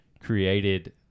created